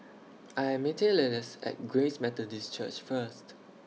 I Am meeting Lillis At Grace Methodist Church First